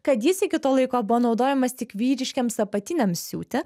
kad jis iki to laiko buvo naudojamas tik vyriškiems apatiniams siūti